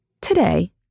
today